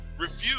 refuse